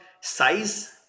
size